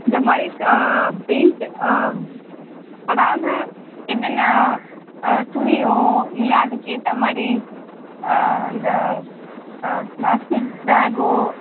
இந்த மாதிரி க பெயிண்ட் படாது என்னென்ன துணியோ இல்லை அதுக்கேற்ற மாதிரி இந்த ப்ளாஸ்டிக் பேக்கோ